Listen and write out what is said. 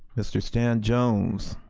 mr. stan jones.